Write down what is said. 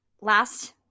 Last